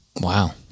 Wow